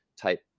type